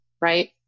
right